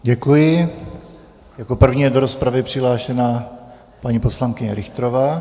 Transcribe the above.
Děkuji, jako první je do rozpravy přihlášena paní poslankyně Richterová.